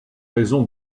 raison